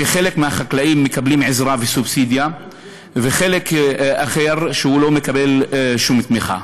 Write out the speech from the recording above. שחלק מהחקלאים מקבלים עזרה וסובסידיה וחלק אחר לא מקבל שום תמיכה?